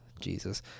jesus